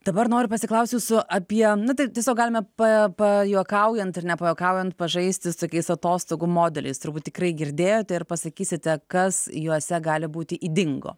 dabar noriu pasiklaust jūsų apie taip tiesiog galima pa pa juokaujant ir nepajuokaujant pažaisti su tokiais atostogų modeliais turbūt tikrai girdėjot ir pasakysite kas juose gali būti ydingo